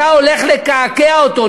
אתה הולך לקעקע אותו.